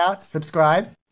Subscribe